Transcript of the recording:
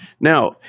Now